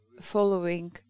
following